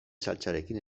saltsarekin